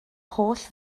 holl